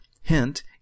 Hint